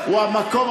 איזה מקומות?